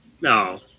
No